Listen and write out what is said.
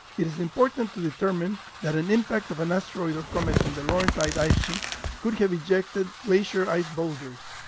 it is important to determine that an impact of an asteroid or comet on the laurentide ice sheet could have ejected glacier ice boulders.